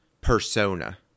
persona